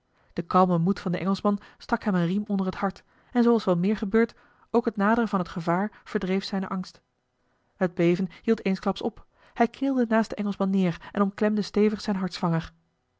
de kalme moed van den engelschman stak hem een riem onder het hart en zooals wel meer gebeurt ook het naderen van het gevaar verdreef zijnen angst het beven hield eensklaps op hij knielde naast den engelschman neer en omklemde stevig zijn